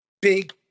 big